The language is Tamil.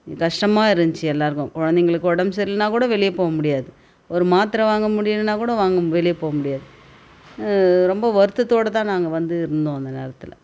கஷ்டமாக இருந்துச்சி எல்லோருக்கும் குழந்தைங்களுக்கு உடம்பு சரியில்லைனா கூட வெளியே போக முடியாது ஒரு மாத்திரை வாங்க முடியலைன்னா கூட வாங்க வெளியே போக முடியாது ரொம்ப வருத்தத்தோடு தான் நாங்கள் வந்து இருந்தோம் அந்த நேரத்தில்